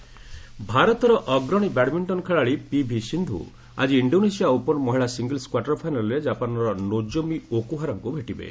badminton Indonesia ରୁଷ୍ ଭାରତର ଅଗ୍ରଣୀ ବ୍ୟାଡ୍ମିଣ୍ଟନ ଖେଳାଳି ପିଭି ସିନ୍ଧୁ ଆଜି ଇଷୋନେସିଆ ଓପନ୍ ମହିଳା ସିଙ୍ଗଲ୍ସ୍ କ୍ୱାର୍ଟର ଫାଇନାଲ୍ରେ ଜାପାନ୍ର ନୋଜୋମି ଓକୁହାରାଙ୍କୁ ଭେଟିବେ